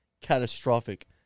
catastrophic